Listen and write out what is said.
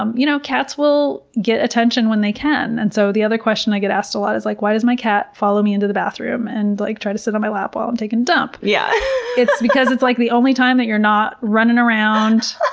um you know, cats will get attention when they can, and so the other question i get asked a lot is, like why does my cat follow me into the bathroom and like try to sit on my lap while i'm taking a dump? yeah it's because it's like the only time that you're not running around,